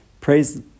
Praise